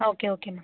ஆ okay ஓகேம்மா